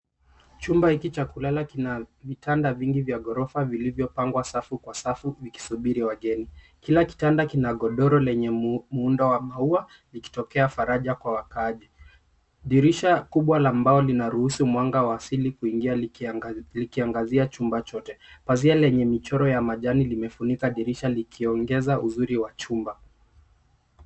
Chumba hiki cha kulala kina vitanda vingi vya ghorofa vilivyopangwa safu kwa safu vikisubiri wageni. Kila kitanda kina godoro lenye muundo wa maua likitokea faraja kwa wakaaji. Dirisha kubwa la mbao linaruhusu mwanga wa asili kuingia likiangazia chumba chote. Pazia lenye michoro ya majani limefunika dirisha likiongeza uzuri wa chumba.